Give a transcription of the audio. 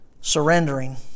surrendering